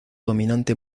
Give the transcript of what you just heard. dominante